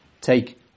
take